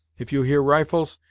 if you hear rifles,